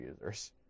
users